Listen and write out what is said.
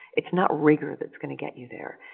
it's not rigor that's gonna get you there,